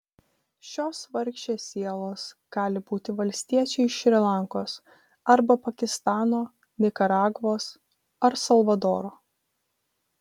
šios vargšės sielos gali būti valstiečiai iš šri lankos arba pakistano nikaragvos ar salvadoro